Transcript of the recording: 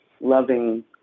loving